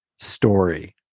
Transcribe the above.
story